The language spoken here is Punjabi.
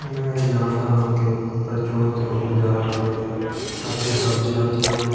ਮੈਂ ਇਹ ਜਾਣਦਾ ਹਾਂ ਕਿ ਪ੍ਰਚੂਨ ਥੋਕ ਬਾਜ਼ਾਰਾਂ ਬਾਰੇ ਅਤੇ ਸਬਜ਼ੀਆਂ ਦੀਆਂ